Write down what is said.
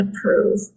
approve